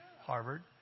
Harvard